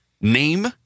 name